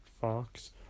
Fox